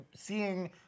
seeing